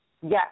Yes